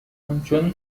همچون